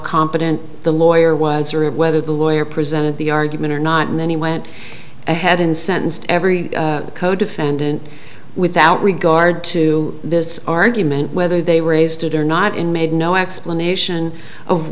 competent the lawyer was or whether the lawyer presented the argument or not and then he went ahead and sentenced every codefendant without regard to this argument whether they were raised it or not in made no explanation of